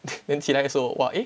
then 起来的时候 !wah! eh